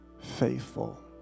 faithful